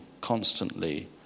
constantly